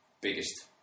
biggest